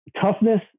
toughness